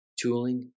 tooling